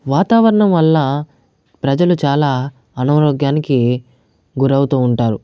వాతావరణం వల్ల ప్రజలు చాలా అనారోగ్యానికి గురి అవుతు ఉంటారు